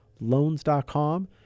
loans.com